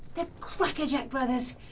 the crackerjack brothers!